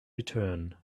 return